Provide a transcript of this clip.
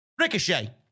Ricochet